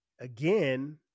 Again